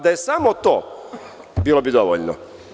Da je samo to, bilo bi dovoljno.